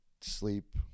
sleep